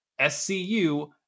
SCU